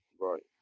Right